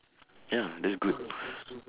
ya that's good